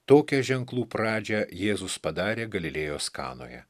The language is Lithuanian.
tokią ženklų pradžią jėzus padarė galilėjos kanoje